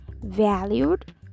valued